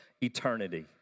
eternity